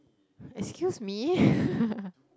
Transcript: excuse me